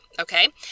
Okay